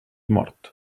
mort